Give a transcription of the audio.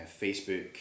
Facebook